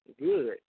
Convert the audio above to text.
good